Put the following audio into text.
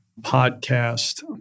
podcast